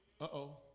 Uh-oh